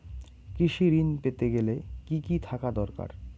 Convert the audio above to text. কৃষিঋণ পেতে গেলে কি কি থাকা দরকার?